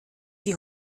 wie